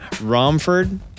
Romford